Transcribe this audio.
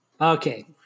Okay